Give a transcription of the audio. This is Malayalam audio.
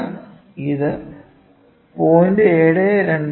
അതിനാൽ ഇത് 0